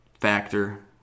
factor